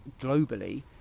globally